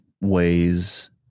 ways